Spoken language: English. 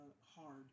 hard